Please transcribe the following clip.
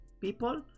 people